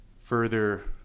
further